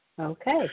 Okay